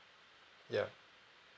ya